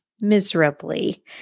miserably